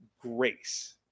grace